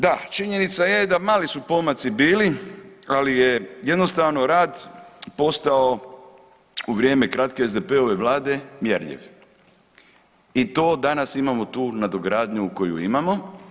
Da, činjenica je da mali pomaci su bili, ali je jednostavno rad postao u vrijeme kratke SDP-ove vlade mjerljiv i to danas imamo tu nadogradnju koju imamo.